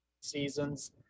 seasons